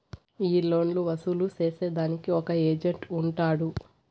ఈ లోన్లు వసూలు సేసేదానికి ఒక ఏజెంట్ ఉంటాడు